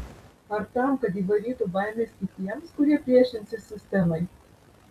ar tam kad įvarytų baimės kitiems kurie priešinsis sistemai